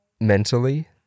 mentally